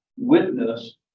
witness